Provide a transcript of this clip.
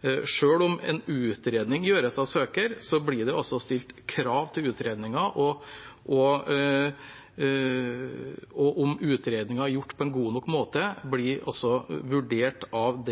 Selv om en utredning gjøres av søker, blir det stilt krav til utredningen, og om utredningen er gjort på en god nok måte, blir også vurdert av